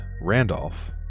Randolph